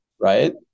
Right